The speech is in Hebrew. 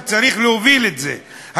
צריך להוביל את זה,